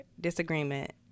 disagreement